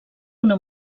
una